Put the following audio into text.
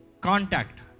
Contact